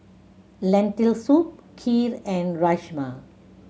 Lentil Soup Kheer and Rajma